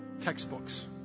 textbooks